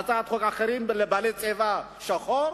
הצעות חוק אחרות לבעלי צבע שחור,